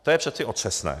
To je přeci otřesné.